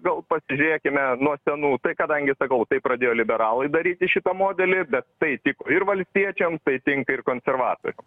gal pasižiūrėkime nuo senų tai kadangi sakau tai pradėjo liberalai daryti šitą modelį bet tai tiko ir valstiečiam tai tinka ir konservatoriam